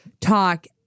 Talk